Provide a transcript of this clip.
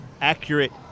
accurate